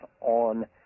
on